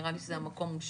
נראה לי שהמקום הוא שם.